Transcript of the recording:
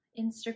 Instagram